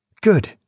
Good